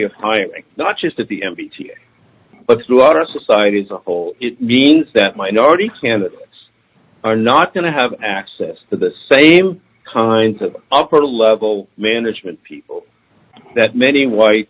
of hiring not just of the m b t but throughout our society as a whole it means that minority candidates are not going to have access to the same kinds of upper level management people that many white